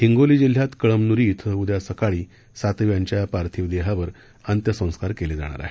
हिंगोली जिल्ह्यात कळनमुरी इथं उद्या सकाळी सातव यांच्या पार्थिव देहावर अंत्यसंस्कार केले जाणार आहेत